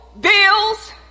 bills